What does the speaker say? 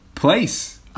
place